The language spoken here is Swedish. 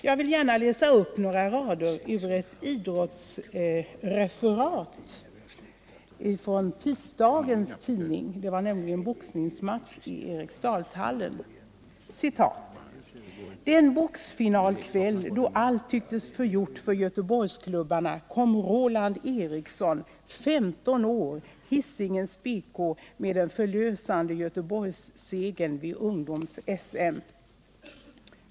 Jag vill gärna läsa upp några rader ur ett idrottsreferat från tisdagen — det hade nämligen varit boxningsmatch i Eriksdalshallen: ”Den boxfinalkväll då allt tycktes förgjort för göteborgsklubbarna kom Roland Eriksson, 15 år, Hisingens BK, med den förlösande göteborgssegern vid ungdoms-SM.